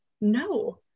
no